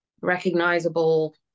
recognizable